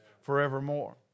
forevermore